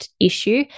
issue